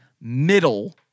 middle